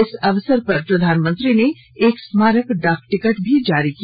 इस अवसर पर प्रधानमंत्री ने एक स्माारक डाक टिकट भी जारी किया